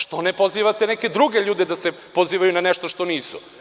Što ne pozivate neke druge ljude da se pozivaju na nešto što nisu?